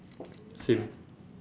same